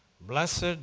Blessed